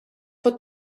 pot